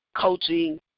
coaching